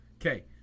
Okay